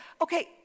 okay